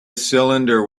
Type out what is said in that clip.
cylinder